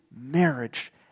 marriage